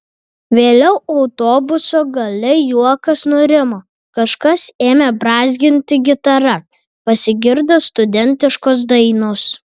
vėliau autobuso gale juokas nurimo kažkas ėmė brązginti gitara pasigirdo studentiškos dainos